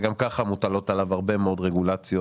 שגם ככה מוטלות עליו הרבה מאוד רגולציות.